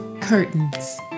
Curtains